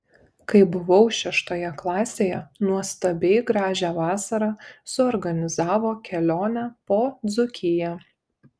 kai buvau šeštoje klasėje nuostabiai gražią vasarą suorganizavo kelionę po dzūkiją